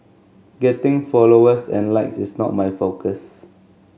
getting followers and likes is not my focus